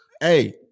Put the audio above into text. Hey